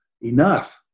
enough